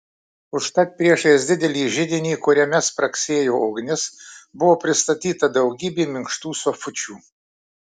užtat priešais didelį židinį kuriame spragsėjo ugnis buvo pristatyta daugybė minkštų sofučių